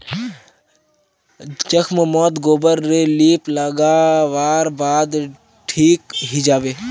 जख्म मोत गोबर रे लीप लागा वार बाद ठिक हिजाबे